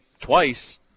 twice